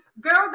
Girl